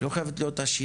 היא לא חייבת להיות עשירה,